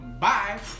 bye